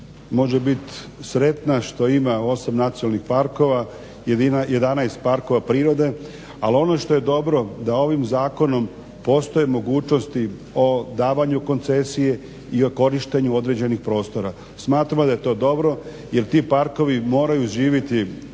može bit sretna što ima 8 nacionalnih parkova, 11 parkova prirode. Ali ono što je dobro da ovim zakonom postoje mogućnosti o davanju koncesije i o korištenju određenih prostora. Smatramo da je to dobro, jer ti parkovi moraju živjeti